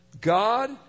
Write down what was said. God